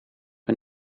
een